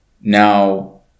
Now